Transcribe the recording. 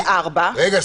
תסבירי לי רגע,